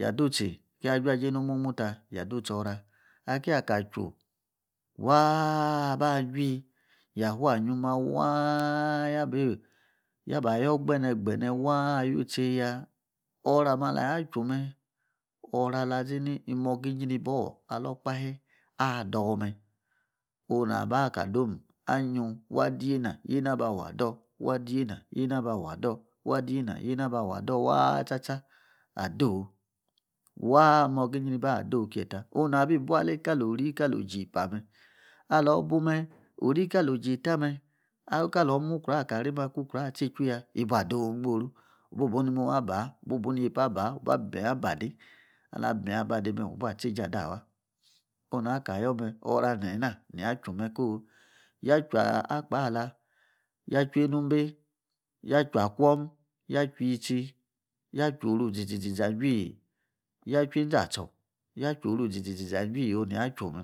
ya dutsi kia jua jei nomomwtar ya dutsi ora'akia ka juw waa aban jui yafanyuma waa yaba yor gbenye. gbenye aluteiya ora'ame alwajume oru ala'ȝinyi imoga nyribior alou okpahe adja dor-me onu wa waa ka domm'annium adiena. yeina abawu adour. wa diyena yena aba wu adout wa diyena yena a'abawu adout waa tsa. tsa waa moga ibar ado kie ta ori kali ogii epa mme alout bu me. kali ogii eta mme kali wu mu ukrou akareme ku ukrouatse ju ya ibu adome ni gboru wubu ibuni mohu abaa; wubu iyipa abaa waba bi miyin abade alaa bi miyin abade wuba tseijie adawa onwa kayome ora niana ajuw mee'co yajuw akpaala. yajuw anumbe; yajuw akwom yajuw yitsi. yaju wro iȝiȝiȝa juii yajuw inȝatsor yaju or iȝiȝa juii oni yajume